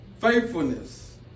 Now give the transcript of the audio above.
faithfulness